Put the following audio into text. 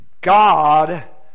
God